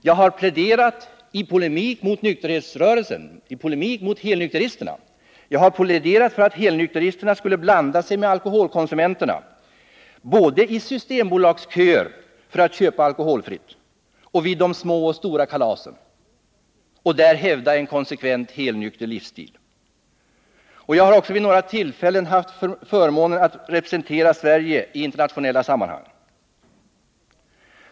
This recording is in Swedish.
Jag har pläderat för - i polemik mot nykterhetsrörelsen och mot helnykteristerna — att helnykteristerna skulle blanda sig med alkoholkonsumenterna både i Systembolagsköer för att köpa alkoholfritt och vid de små och stora kalasen och där hävda en konsekvent helnykter livsstil. Jag har också vid några tillfällen haft förmånen att få representera Sverige i internationella sammanhang.